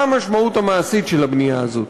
מה המשמעות המעשית של הבנייה הזאת?